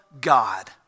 God